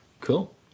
Cool